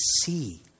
see